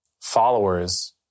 followers